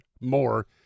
more